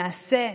נעשה,